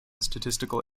statistical